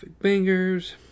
bangers